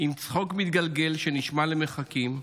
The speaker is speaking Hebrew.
עם צחוק מתגלגל שנשמע למרחקים.